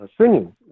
singing